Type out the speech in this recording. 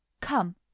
come